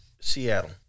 Seattle